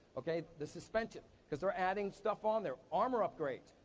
okay, the suspension, cause they're adding stuff on there. armor upgrades.